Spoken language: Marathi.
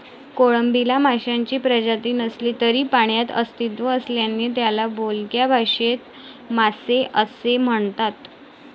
कोळंबीला माशांची प्रजाती नसली तरी पाण्यात अस्तित्व असल्याने त्याला बोलक्या भाषेत मासे असे म्हणतात